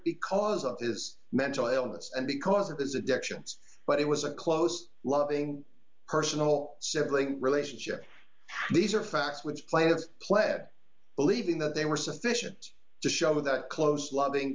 because of his mental illness and because of his addictions but it was a close loving personal relationship and these are facts which play with pled believing that they were sufficient to show that close loving